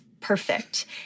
perfect